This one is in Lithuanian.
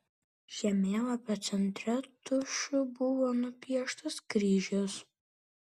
žemėlapio centre tušu buvo nupieštas kryžius